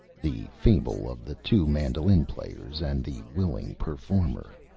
the fable of the two mandolin players and the willing performer